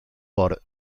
por